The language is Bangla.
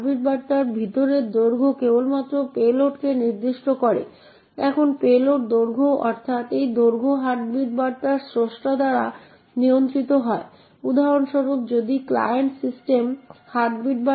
একইভাবে চতুর্থ x এই f7e978fb প্রিন্ট করবে কারণ printf user string পার্সিং করছে এটি প্রথমে এর বিষয়বস্তু অবস্থান প্রিন্ট করবে যা 0804a040